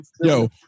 Yo